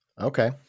Okay